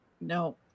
No